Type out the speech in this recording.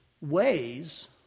ways